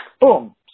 boom